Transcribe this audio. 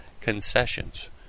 concessions